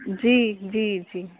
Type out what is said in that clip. जी जी जी